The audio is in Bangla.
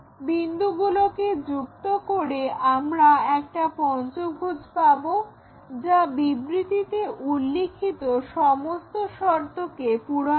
বিন্দুগুলোকে যুক্ত করে আমরা একটা পঞ্চভুজ পাবো যা বিবৃতিতে উল্লিখিত সমস্ত শর্তকে পূরণ করে